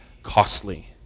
costly